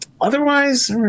Otherwise